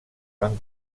van